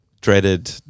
dreaded